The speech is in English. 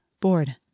bored